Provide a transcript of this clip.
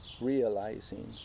realizing